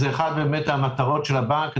זה אחת מן המטרות של הבנק.